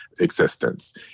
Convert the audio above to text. existence